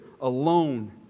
alone